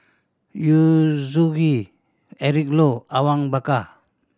Yu Zhuye Eric Low Awang Bakar